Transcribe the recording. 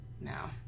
now